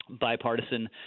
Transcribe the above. bipartisan